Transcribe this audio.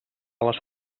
les